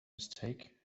mistake